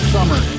Summer